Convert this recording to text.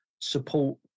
support